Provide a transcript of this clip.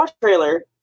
trailer